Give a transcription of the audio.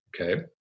Okay